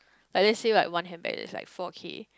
like let's say like one handbag that's like four K